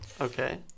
Okay